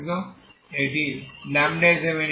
এটিকে λ হিসাবে নিন